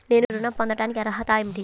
నేను ఋణం పొందటానికి అర్హత ఏమిటి?